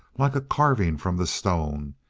like a carving from the stone,